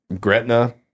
Gretna